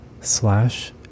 slash